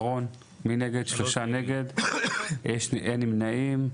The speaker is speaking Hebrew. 3 נמנעים,